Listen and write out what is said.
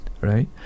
right